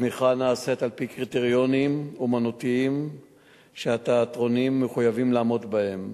התמיכה נעשית על-פי קריטריונים אמנותיים שהתיאטראות מחויבים לעמוד בהם.